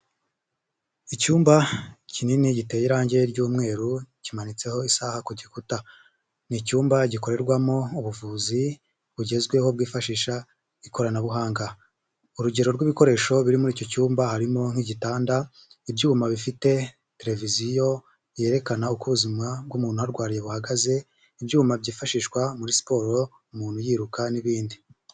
Icyumba kinini giteye irangi ry'umweru, kimanitseho isaha ku gikuta. Ni icyumba gikorerwamo ubuvuzi bugezweho bwifashisha ikoranabuhanga. Urugero rw'ibikoresho biri muri icyo cyumba, harimo nk'igitanda, ibyuma bifite televiziyo byerekana uko ubuzima bw'umuntu uharwariye buhagaze, ibyuma byifashishwa muri siporo, umuntu yiruka n'ibindi.